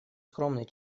скромный